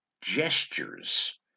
gestures